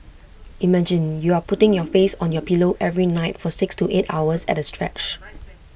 imagine you're putting your face on your pillow every night for six to eight hours at A stretch